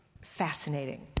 fascinating